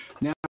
Now